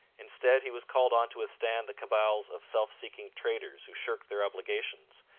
instead, he was called on to withstand the cabals of self-seeking traders who shirked their obligations,